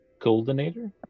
goldenator